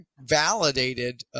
validated